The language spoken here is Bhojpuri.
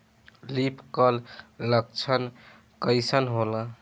लीफ कल लक्षण कइसन होला?